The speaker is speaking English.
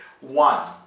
One